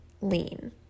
lean